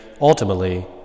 ultimately